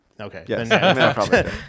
Okay